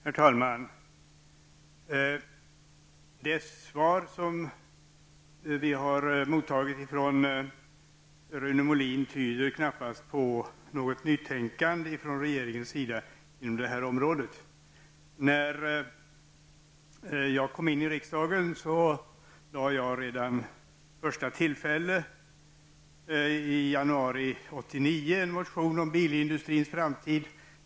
Herr talman! Det svar som vi har mottagit av Rune Molin tyder knappast på ett nytänkande från regeringen på detta område. När jag kom in i riksdagen väckte jag redan vid första möjliga tillfälle, i januari 1989, en motion om bilindustrins framtid.